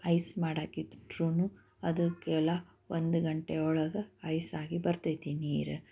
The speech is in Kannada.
ಐಸ್ ಮಾಡಕಿಟ್ರೂ ಅದಕ್ಕೆಲ್ಲ ಒಂದು ಗಂಟೆ ಒಳಗೆ ಐಸ್ ಆಗಿ ಬರ್ತೈತಿ ನೀರು